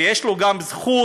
ויש לו גם זכות,